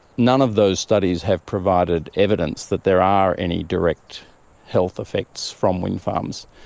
none of those studies have provided evidence that there are any direct health effects from wind farms,